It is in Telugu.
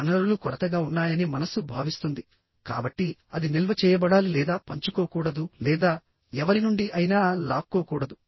వనరులు కొరతగా ఉన్నాయని మనస్సు భావిస్తుంది కాబట్టి అది నిల్వ చేయబడాలి లేదా పంచుకోకూడదు లేదా ఎవరి నుండి అయినా లాక్కోకూడదు